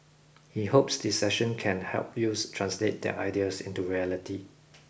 he hopes the session can help youths translate their ideas into reality